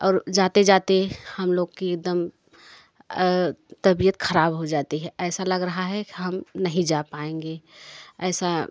और जाते जाते हम लोग कि एदम तबियत खराब हो जाती है ऐसा लग रहा है कि हम नहीं जा पाएंगे ऐसा